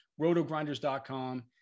rotogrinders.com